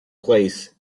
place